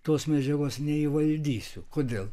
tos medžiagos neįvaldysiu kodėl